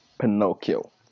Pinocchio